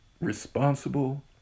responsible